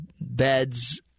beds